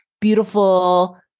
beautiful